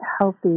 healthy